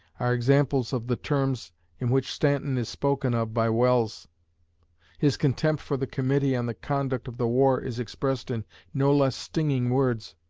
are examples of the terms in which stanton is spoken of by welles his contempt for the committee on the conduct of the war is expressed in no less stinging words.